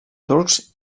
turcs